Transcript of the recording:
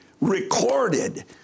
recorded